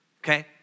okay